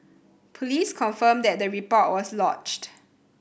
police confirmed that the report was lodged